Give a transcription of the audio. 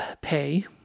pay